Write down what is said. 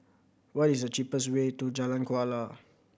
what is the cheapest way to Jalan Kuala